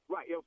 Right